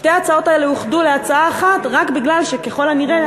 שתי ההצעות האלה אוחדו להצעה אחת כי ככל הנראה,